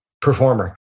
performer